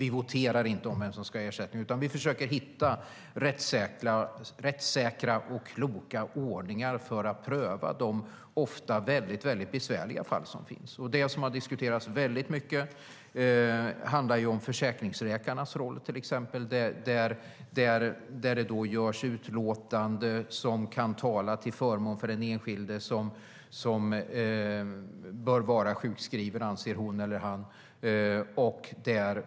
Vi voterar inte om vem som ska ha ersättning, utan vi försöker hitta rättssäkra och kloka ordningar för att pröva de ofta mycket besvärliga fallen. Det som diskuterats mycket gäller exempelvis försäkringsläkarnas roll. Det ges utlåtanden som kan tala till förmån för den enskilde, som enligt läkaren bör vara sjukskriven.